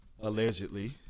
allegedly